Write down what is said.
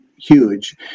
huge